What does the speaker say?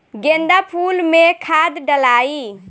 गेंदा फुल मे खाद डालाई?